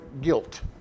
guilt